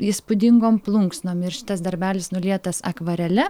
įspūdingom plunksnom ir šitas darbelis nulietas akvarele